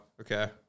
Okay